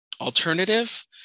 alternative